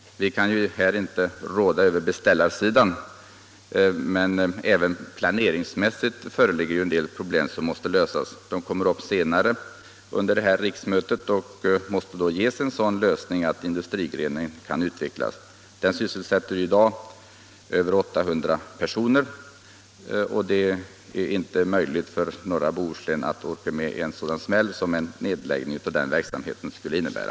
Där kan vi ju inte råda över beställarsidan, men även planeringsmässigt föreligger det en del problem som måste lösas. De kommer upp till behandling senare under detta riksmöte och måste då ges en sådan lösning att industrigrenen kan utvecklas. Den sysselsätter i dag över 800 personer, och norra Bohuslän orkar inte med en sådan smäll som en nedläggning av den verksamheten skulle innebära.